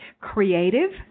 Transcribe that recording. Creative